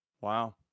Wow